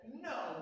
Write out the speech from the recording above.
No